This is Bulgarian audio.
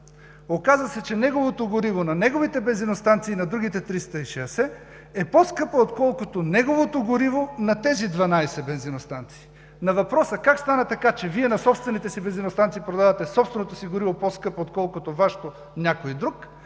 Оказа се, че неговото гориво на неговите бензиностанции и на другите 360, е по-скъпо, отколкото неговото гориво на тези 12 бензиностанции. На въпроса: „Как стана така, че Вие на собствените си бензиностанции продавате собственото си гориво по-скъпо, отколкото Вашето някой друг?“,